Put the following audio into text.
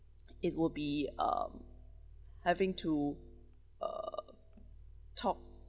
it will be um having to uh talk